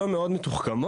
לא מאוד מתוחכמות,